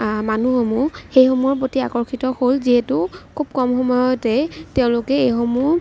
মানুহসমূহ সেইসমূহৰ প্ৰতি আকৰ্ষিত হ'ল যিহেতু খুব কম সময়তেই তেওঁলোকে এইসমূহ